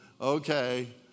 Okay